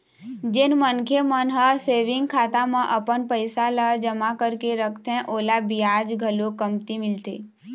जेन मनखे मन ह सेविंग खाता म अपन पइसा ल जमा करके रखथे ओला बियाज घलोक कमती मिलथे